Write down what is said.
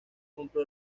compró